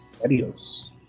Adios